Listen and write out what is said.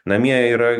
namie yra